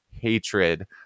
hatred